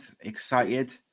Excited